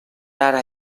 ara